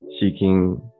Seeking